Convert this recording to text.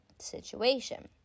situation